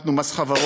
הפחתנו מס חברות.